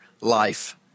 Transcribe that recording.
life